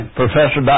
professor